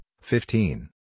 fifteen